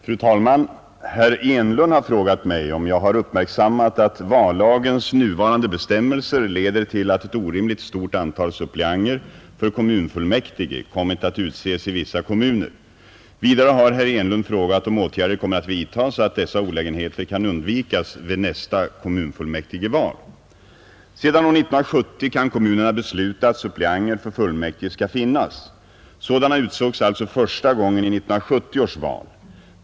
Fru talman! Herr Enlund har frågat mig om jag har uppmärksammat att vallagens nuvarande bestämmelser leder till att ett orimligt stort antal suppleanter för kommunfullmäktige kommit att utses i vissa kommuner. Vidare har herr Enlund frågat om åtgärder kommer att vidtas så att dessa olägenheter kan undvikas vid nästa kommunfullmäktigeval. Sedan år 1970 kan kommunerna besluta att suppleanter för fullmäktige skall finnas. Sådana utsågs alltså första gången i 1970 års val.